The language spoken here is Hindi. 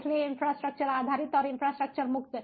इसलिए इंफ्रास्ट्रक्चर आधारित और इंफ्रास्ट्रक्चर मुक्त